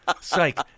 psych